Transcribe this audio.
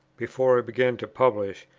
before i began to publish,